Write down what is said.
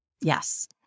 Yes